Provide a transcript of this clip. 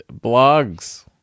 blogs